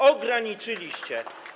Ograniczyliście.